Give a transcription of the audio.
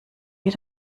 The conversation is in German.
wie